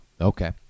Okay